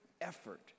effort